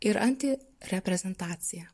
ir anti reprezentaciją